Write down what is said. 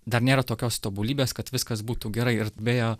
dar nėra tokios tobulybės kad viskas būtų gerai ir beje